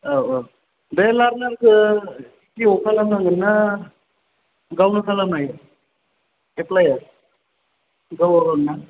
औ औ बे लारनारखौ दिटिअ आव खालामनांगोनना गावनो खालामनो हायो एप्लाइआव गाव गावनो ना